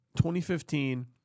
2015